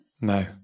No